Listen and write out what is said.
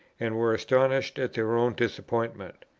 and were astonished at their own disappointment.